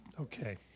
Okay